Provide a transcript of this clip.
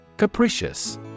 Capricious